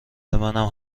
منم